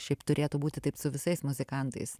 šiaip turėtų būti taip su visais muzikantais